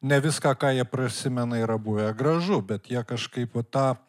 ne viską ką jie prisimena yra buvę gražu bet jie kažkaip va tą